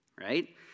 right